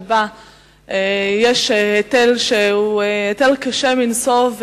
שבה יש היטל שהוא היטל קשה מנשוא,